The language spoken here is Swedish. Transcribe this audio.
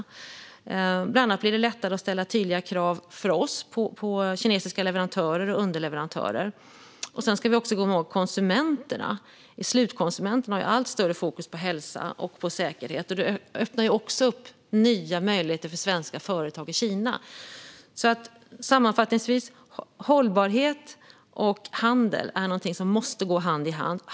Det blir bland annat lättare för oss att ställa tydliga krav på kinesiska leverantörer och underleverantörer. Vi ska också komma ihåg konsumenterna. Slutkonsumenten har allt större fokus på hälsa och säkerhet, och detta öppnar upp nya möjligheter för svenska företag i Kina. Sammanfattningsvis är hållbarhet och handel något som måste gå hand i hand.